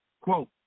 quote